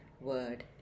word